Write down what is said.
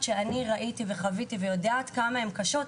שאני יודעת עד כמה הן קשות.